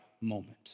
moment